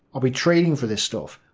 are we trading for this stuff?